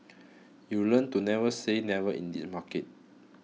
you learn to never say never in this market